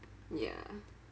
ya